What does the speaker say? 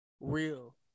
real